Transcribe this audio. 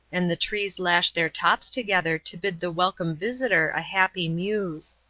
and the trees lash their tops together to bid the welcome visitor a happy muse.